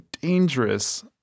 dangerous